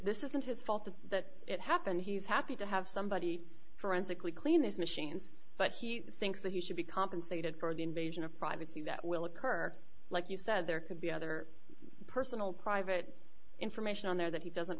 this isn't his fault that it happened he's happy to have somebody forensically clean this machines but he thinks that he should be compensated for the invasion of privacy that will occur like you said there could be other personal private information on there that he doesn't